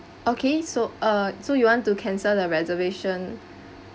okay so uh so you want to cancel the reservation